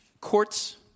courts